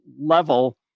level